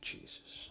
Jesus